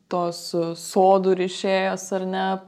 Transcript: tos sodų rišėjos ar ne